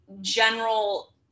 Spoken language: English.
general